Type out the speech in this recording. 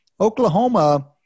Oklahoma